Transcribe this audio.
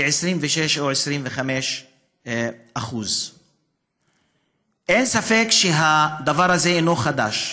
כ-26% או 25%. אין ספק שהדבר הזה אינו חדש,